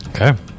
Okay